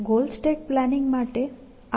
goal stack planning માટે આ high level algorithm છે